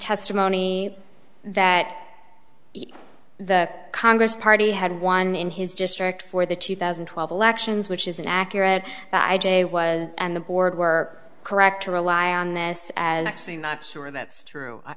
testimony that the congress party had won in his district for the two thousand and twelve elections which is an accurate i j was and the board were correct to rely on this as actually not sure that's true i